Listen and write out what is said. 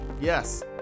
Yes